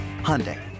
Hyundai